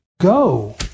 go